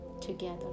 together